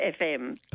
FM